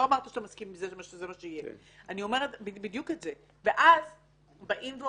בשלב המקדמי יש יתרון דיוני בכך שרק היא יכולה